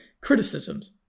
criticisms